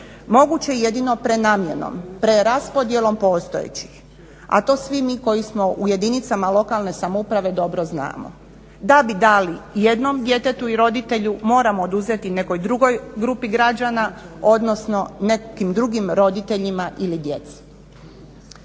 moguće je jedino prenamjenom, preraspodjelom postojećih. A to svi mi koji smo u jedinicama lokalne samouprave dobro znamo. Da bi dali jednom djetetu i roditelju moramo oduzeti nekoj drugoj grupi građana, odnosno nekim drugim roditeljima ili djeci.